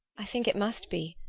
i think it must be.